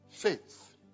Faith